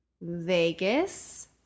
Vegas